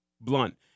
Blunt